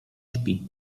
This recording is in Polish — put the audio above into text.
śpi